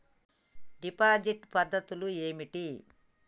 Deposit పద్ధతులు ఏమిటి?